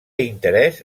interès